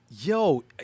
Yo